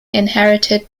inherited